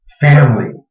family